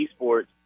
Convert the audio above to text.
eSports